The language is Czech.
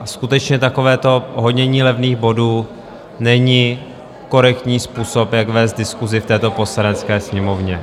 A skutečně takovéto honění levných bodů není korektní způsob, jak vést diskusi v této Poslanecké sněmovně.